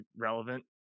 relevant